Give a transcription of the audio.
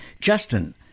Justin